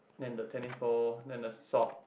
and the tennis ball and the socks